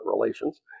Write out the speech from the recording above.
relations